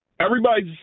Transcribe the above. Everybody's